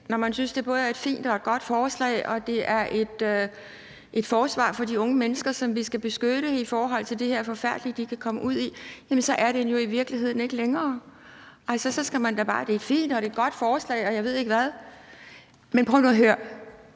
man synes, det både er et fint og et godt forslag og et forsvar for de unge mennesker, som vi skal beskytte mod det her forfærdelige, de kan komme ud i, så er den jo i virkeligheden ikke længere. Så skal man da bare støtte det – et fint og et godt forslag, og jeg ved ikke hvad. Men prøv nu at høre: